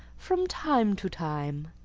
from time to time.